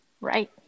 Right